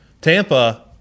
Tampa –